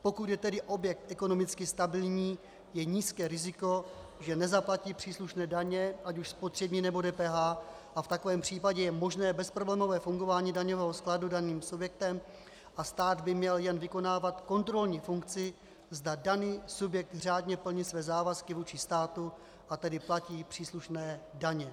Pokud je tedy objekt ekonomicky stabilní, je nízké riziko, že nezaplatí příslušné daně, ať už spotřební, nebo DPH, a v takovém případě je možné bezproblémové fungování daňového skladu daným subjektem a stát by měl jen vykonávat kontrolní funkci, zda daný subjekt řádně plní své závazky vůči státu, a tedy platí příslušné daně.